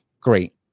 great